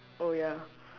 oh ya